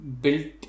built